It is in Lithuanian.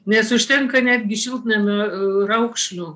nes užtenka netgi šiltnamio raukšlių